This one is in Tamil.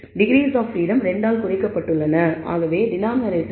எனவே டிகிரீஸ் ஆப் பிரீடம் 2 ஆல் குறைக்கப்பட்டுள்ளன